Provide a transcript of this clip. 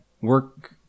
work